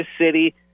city